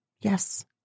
Yes